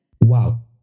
Wow